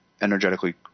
energetically